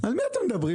על מה אתם מדברים,